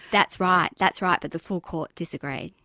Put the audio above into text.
that's right, that's right, but the full court disagreed.